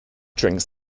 drinks